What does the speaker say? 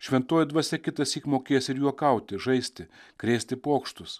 šventoji dvasia kitąsyk mokės ir juokauti žaisti krėsti pokštus